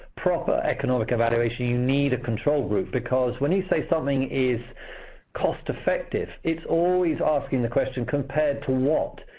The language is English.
proper economic evaluation you need a control group, because when you say something is cost-effective, it's always asking the question, compared to what?